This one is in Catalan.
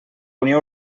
unió